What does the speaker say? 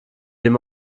dem